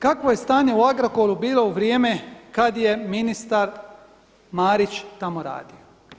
Kakvo je stanje u Agrokoru bilo u vrijeme kad je ministar Marić tamo radio?